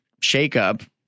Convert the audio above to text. shakeup